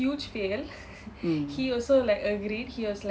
mm